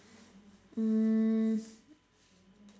mm